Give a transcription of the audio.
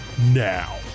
now